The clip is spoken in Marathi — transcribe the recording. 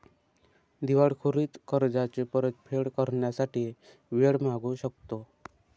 दिवाळखोरीत कर्जाची परतफेड करण्यासाठी वेळ मागू शकतो